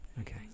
Okay